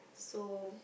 so